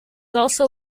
also